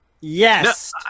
Yes